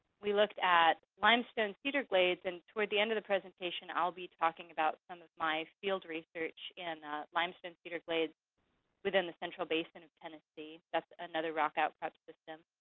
we looked at limestone cedar glades, and toward the end of the presentation, i'll be talking about some of my field research in limestone cedar glades within the central basin of tennessee. that's another rock outcrop system.